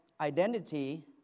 identity